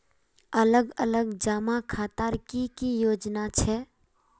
अलग अलग जमा खातार की की योजना छे?